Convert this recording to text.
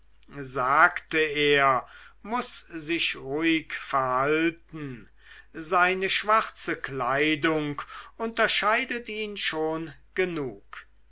sagte er muß sich ruhig verhalten seine schwarze kleidung unterscheidet ihn schon genug